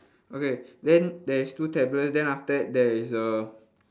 okay then there is two tablet then after that there is err